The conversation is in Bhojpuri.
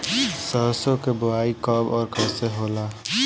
सरसो के बोआई कब और कैसे होला?